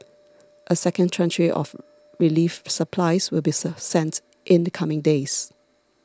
a second tranche of relief supplies will be sent in the coming days